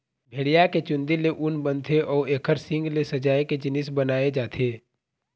भेड़िया के चूंदी ले ऊन बनथे अउ एखर सींग ले सजाए के जिनिस बनाए जाथे